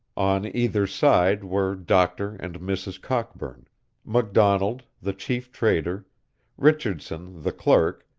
on either side were doctor and mrs. cockburn mcdonald, the chief trader richardson, the clerk,